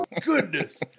goodness